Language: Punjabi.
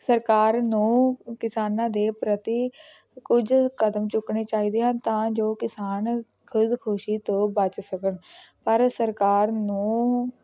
ਸਰਕਾਰ ਨੂੰ ਕਿਸਾਨਾਂ ਦੇ ਪ੍ਰਤੀ ਕੁਝ ਕਦਮ ਚੁੱਕਣੇ ਚਾਹੀਦੇ ਹਨ ਤਾਂ ਜੋ ਕਿਸਾਨ ਖੁਦਕੁਸ਼ੀ ਤੋਂ ਬਚ ਸਕਣ ਪਰ ਸਰਕਾਰ ਨੂੰ